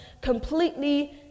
completely